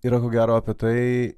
yra ko gero apie tai